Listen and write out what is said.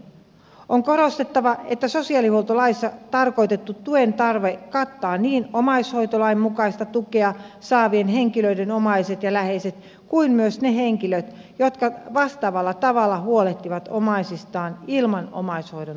on korostettava että sosiaalihuoltolaissa tarkoitettu tuen tarve kattaa niin omaishoitolain mukaista tukea saavien henkilöiden omaiset ja läheiset kuin ne henkilöt jotka vastaavalla tavalla huolehtivat omaisistaan ilman omaishoidon tukea